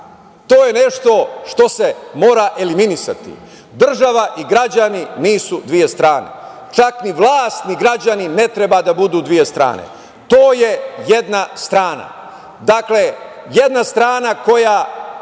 To je nešto što se mora eliminisati. Država i građani nisu dve strane. Čak ni vlast, ni građani ne treba da budu dve strane. To je jedna strana, dakle, jedna strana koja